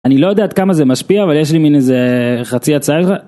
אני לא יודע עד כמה זה משפיע אבל יש לי מין איזה חצי הצעה.